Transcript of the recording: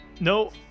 no